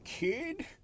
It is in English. Kid